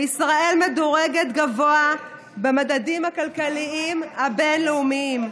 וישראל מדורגת גבוה במדדים הכלכליים הבין-לאומיים.